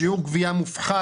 שיעור גבייה מופחת,